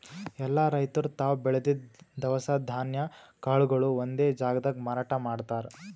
ಎಲ್ಲಾ ರೈತರ್ ತಾವ್ ಬೆಳದಿದ್ದ್ ದವಸ ಧಾನ್ಯ ಕಾಳ್ಗೊಳು ಒಂದೇ ಜಾಗ್ದಾಗ್ ಮಾರಾಟ್ ಮಾಡ್ತಾರ್